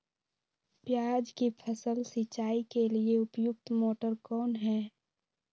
प्याज की फसल सिंचाई के लिए उपयुक्त मोटर कौन है?